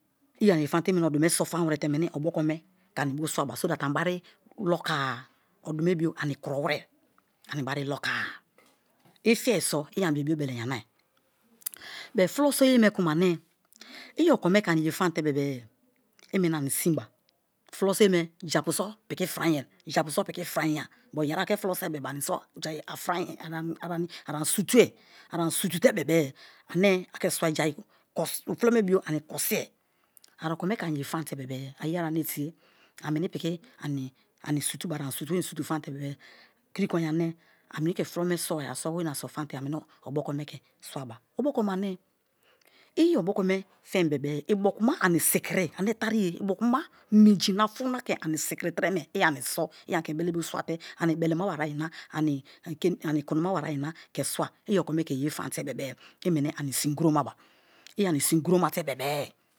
I ani ye famte i meni odu me so fam were te meni obokome ke anibio swaba so that ani bari loko-a odume bio ani kuro were ani bai loko-a i fiye so̱ i ani be biobele yana i but fulo soye me kuma ane i okom e ke ani ye famte bebe i meni ani sinba, fulo soye me jaipu so piki fri-e̱ jaipu so̱ piki fri-a but yeri ake fulo soi bebe arani sutue a ani sutu-te bebe-e jai fulo me bo ani kosiye a okome ke ani ye famte bebe-e a yei ye ane tie a meni piki ani ani sutuba a ani sutuweni ani sutu famte bebe krokonye ane ameni ke fulo me soba, a soweni aso famte a meni obokome ke swaba. Obokome ane i obokome fem bebe-e i̱ bo̱ku̱ma ani sikiri ane tariye i̱ bokuma minjina fun na ke ani sikiri treme i ani so̱ i ani be belebio swate ani belema ba wui̱yi̱ na ani ani kumana waiyi na ke swa i̱ okome ke yete bebe-e i̱ meni ani sin kuromaba i ani sin kuroma te bebe-e.